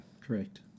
Correct